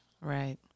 right